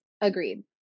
agreed